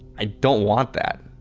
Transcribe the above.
i don't want that.